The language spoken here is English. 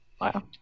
Wow